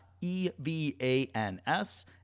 E-V-A-N-S